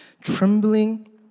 Trembling